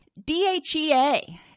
DHEA